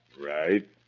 Right